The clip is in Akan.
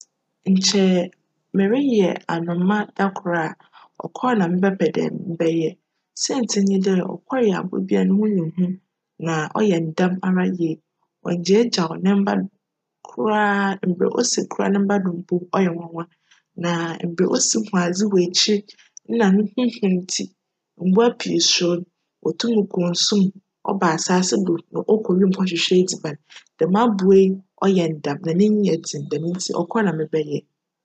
Nkyj mereyj anoma da kor a, ckcr na mebjpj dj mebjyj siantsir nye dj, ckcr yj abowa bi a no ho yj hu na cyj dam ara yie. Onngyaa ne mba koraa. Mbrj osi kora ne mba do no mpo cyj nwanwan. Na mbrj osi hu adze wc ekyir nna no ho hu ntsi mbowa pii suro no. Otum kc nsu mu, cba asaase do na oku no ho hwehwj edziban. Djm abowa yi yj dam na n'enyi yj dzen ntsi ckcr na mebjyj.